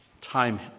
time